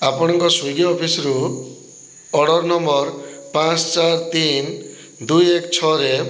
ଆପଣଙ୍କ ସ୍ଵିଗି ଅଫିସରୁ order number ପାଞ୍ଚ ଚାର ତିନ ଦୁଇ ଏକ ଛଅରେ